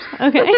okay